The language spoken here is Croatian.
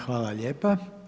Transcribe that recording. Hvala lijepa.